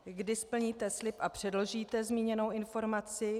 Kdy splníte slib a předložíte zmíněnou informaci?